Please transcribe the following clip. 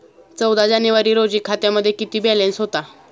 चौदा जानेवारी रोजी खात्यामध्ये किती बॅलन्स होता?